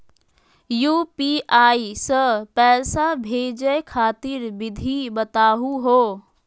UPI स पैसा भेजै खातिर विधि बताहु हो?